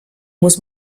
muss